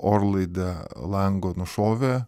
orlaidę lango nušovė